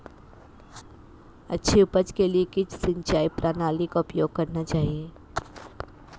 अच्छी उपज के लिए किस सिंचाई प्रणाली का उपयोग करना चाहिए?